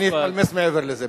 שאני אתפלמס מעבר לזה.